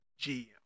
GM